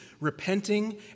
repenting